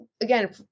again